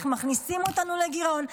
איך מכניסים אותנו לגירעון,